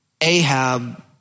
Ahab